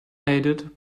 aided